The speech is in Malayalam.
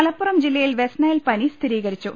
മലപ്പുറം ജില്ലയിൽ വെസ്റ്റ് നൈൽ പനി സ്ഥിരീകരിച്ചു